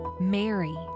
Mary